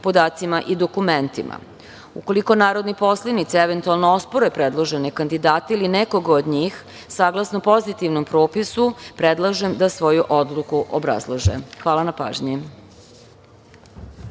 podacima i dokumentima. Ukoliko narodni poslanici eventualno ospore predložene kandidate ili nekoga od njih, saglasno pozitivnom propisu, predlažem da svoju odluke obrazlože. Hvala na pažnji.